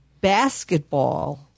basketball